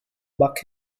buck